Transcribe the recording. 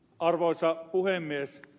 arvoisa puhemies